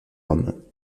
roms